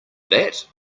that